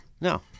No